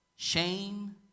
Shame